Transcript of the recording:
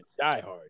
Diehard